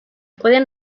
pueden